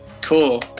Cool